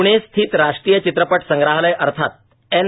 प्णे स्थित राष्ट्रीय चित्रपट संग्रहालय अर्थात् एन